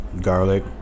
garlic